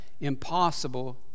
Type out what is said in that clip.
impossible